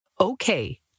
Okay